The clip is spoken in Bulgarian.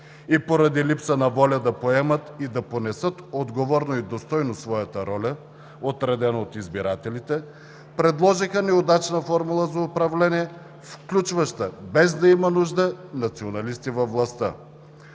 и поради липса на воля да поемат и да понесат отговорно и достойно своята роля, отредена от избирателите, предложиха неудачна формула за управление, включваща, без да има нужда, националисти във властта,